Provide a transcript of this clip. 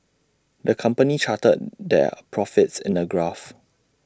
the company charted their profits in A graph